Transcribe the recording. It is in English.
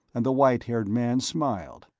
and the white-haired man smiled.